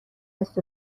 است